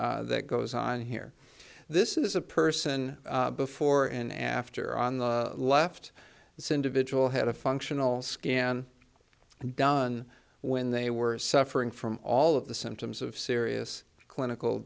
that goes on here this is a person before and after on the left this individual had a functional scan done when they were suffering from all of the symptoms of serious clinical